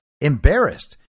embarrassed